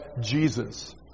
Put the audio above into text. Jesus